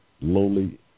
lowly